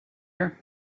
her